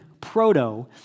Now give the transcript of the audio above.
proto